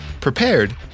prepared